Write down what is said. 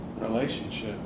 Relationship